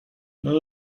nous